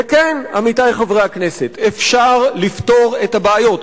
וכן, עמיתי חברי הכנסת, אפשר לפתור את הבעיות.